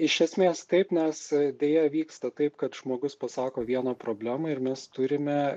iš esmės taip nes deja vyksta taip kad žmogus pasako vieną problemą ir mes turime